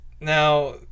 Now